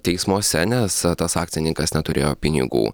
teismuose nes tas akcininkas neturėjo pinigų